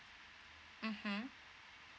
mmhmm